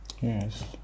Yes